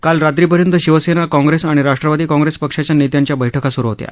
काल रात्रीपर्यंत शिवसेना काँग्रेस आणि राष्ट्रवादी काँग्रेस पक्षाच्या नेत्यांच्या बैठका स्रु होत्या